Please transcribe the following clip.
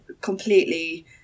completely